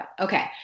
okay